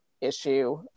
issue